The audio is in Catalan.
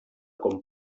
com